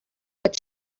what